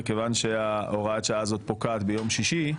וכיון שהוראת שעה זאת פוקעת ביום שישי,